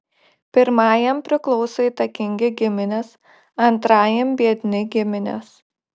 pirmajam priklauso įtakingi giminės antrajam biedni giminės